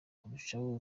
kurushaho